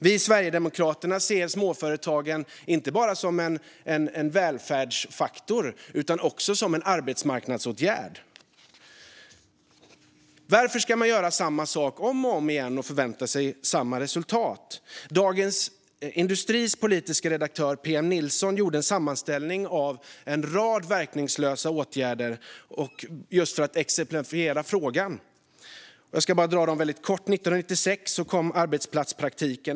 Vi i Sverigedemokraterna ser småföretagen inte bara som en välfärdsfaktor utan också som en arbetsmarknadsåtgärd. Varför ska man göra samma sak om och om igen och förvänta sig ett annat resultat? Dagens industris politiska redaktör PM Nilsson gjorde en sammanställning av en rad verkningslösa åtgärder för att exemplifiera frågan. Jag ska dra några av dem kort. År 1996 kom arbetsplatspraktiken.